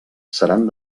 seran